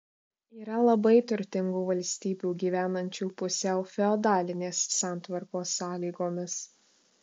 yra labai turtingų valstybių gyvenančių pusiau feodalinės santvarkos sąlygomis